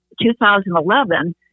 2011